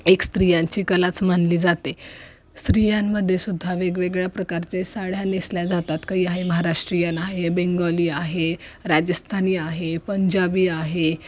एक स्त्रियांची कलाच म्हटली जाते स्त्रियांमध्येसुद्धा वेगवेगळ्या प्रकारचे साड्या नेसल्या जातात काई आहे महाराष्ट्रीयन आहे बेंगॉली आहे राजस्थानी आहे पंजाबी आहे